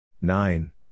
nine